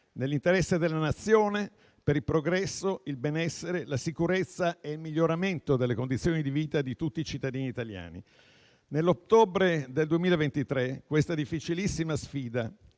nell'interesse della Nazione, per il progresso, il benessere, la sicurezza e il miglioramento delle condizioni di vita di tutti i cittadini italiani. Nell'ottobre del 2023 questa difficilissima sfida,